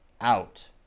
out